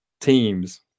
teams